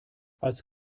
als